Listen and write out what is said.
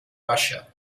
russia